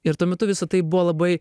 ir tuo metu visa tai buvo labai